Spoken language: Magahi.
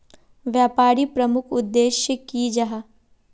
व्यापारी प्रमुख उद्देश्य की जाहा?